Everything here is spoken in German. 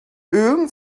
irgend